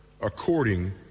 according